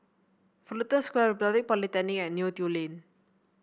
Fullerton Square Republic Polytechnic and Neo Tiew Lane